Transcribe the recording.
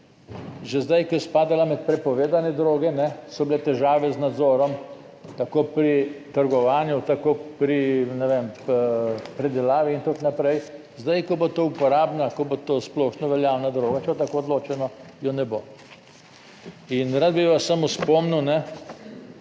Že zdaj, ko je spadala med prepovedane droge, so bile težave z nadzorom, tako pri trgovanju, tako pri, ne vem, predelavi in tako naprej. Zdaj, ko bo to uporabna, ko bo to splošno veljavna droga, če je tako odločeno je ne bo. In rad bi vas samo spomnil,